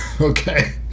Okay